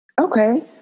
okay